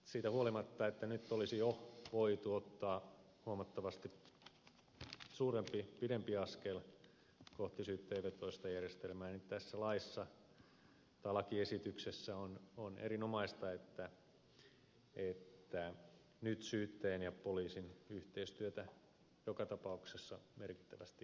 siitä huolimatta että nyt olisi jo voitu ottaa huomattavasti pidempi askel kohti syyttäjävetoista järjestelmää tässä lakiesityksessä on erinomaista että nyt syyttäjän ja poliisin yhteistyötä joka tapauksessa merkittävästi lisätään